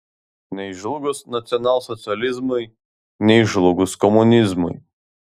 nei žlugus nacionalsocializmui nei žlugus komunizmui